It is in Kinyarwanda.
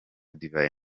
divayi